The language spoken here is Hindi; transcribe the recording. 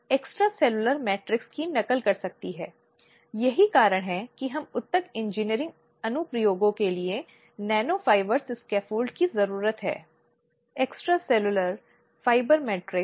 लेकिन वे अन्य मुद्दों को निर्धारित कर सकते हैं जो पूरी प्रक्रिया में हैं इसलिए अब शिकायत प्राप्त करने के 7 दिनों के भीतर शिकायत समिति को प्रतिवादी को लिखित रूप में सूचित करना होगा कि एक शिकायत प्राप्त हुई है